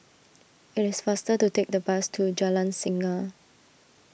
it is faster to take the bus to Jalan Singa